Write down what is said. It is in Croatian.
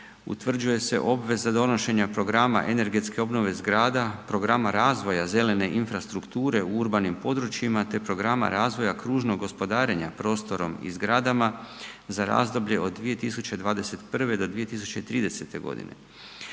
Utvrđuje se obveza donošenja programa energetske obnove zgrada, programa razvoja zelene infrastrukture u urbanim područjima te programa razvoja kružnog gospodarenja prostorom i zgradama za razdoblje od 2021. do 2030. godine.